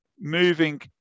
Moving